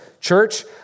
church